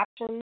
options